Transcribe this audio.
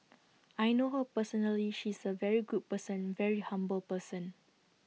I know her personally she is A very good person very humble person